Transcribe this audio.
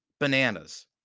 Bananas